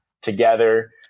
together